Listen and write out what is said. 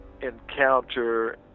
encounter